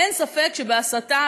אין ספק שבהסתה,